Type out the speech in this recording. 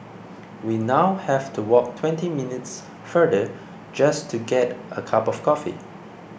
we now have to walk twenty minutes farther just to get a cup of coffee